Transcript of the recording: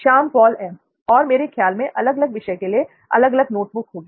Shyam Paul M और मेरे ख्याल में अलग अलग विषय के लिए अलग अलग नोटबुक होंगी